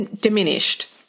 diminished